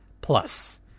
Plus